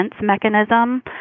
mechanism